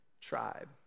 tribe